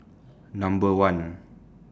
Number one